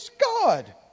God